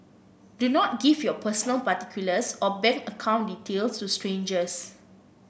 do not give your personal particulars or bank account details to strangers